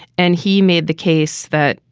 and he made the case that,